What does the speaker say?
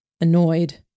annoyed